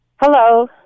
Hello